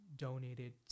donated